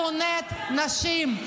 שונאת נשים,